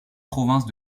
province